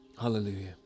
Hallelujah